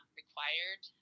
required